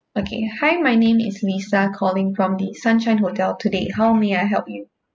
okay hi my name is lisa calling from the sunshine hotel today how may I help you